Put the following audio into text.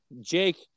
Jake